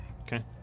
Okay